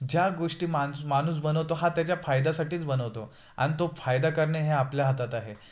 ज्या गोष्टी मानस माणूस बनवतो हा त्याच्या फायदासाठीच बनवतो अन तो फायदा करणे हे आपल्या हातात आहे